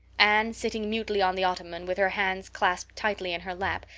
anne sitting mutely on the ottoman, with her hands clasped tightly in her lap,